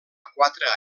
quatre